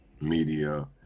media